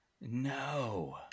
No